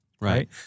right